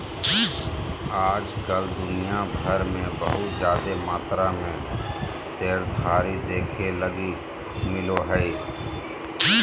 आज कल दुनिया भर मे बहुत जादे मात्रा मे शेयरधारी देखे लगी मिलो हय